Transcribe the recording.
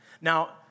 Now